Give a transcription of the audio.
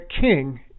King